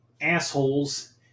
assholes